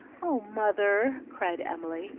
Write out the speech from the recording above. oh, mother! cried emily,